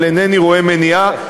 אבל אינני רואה מניעה,